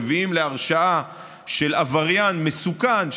מביאים להרשעה של עבריין מסוכן,